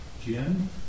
Jim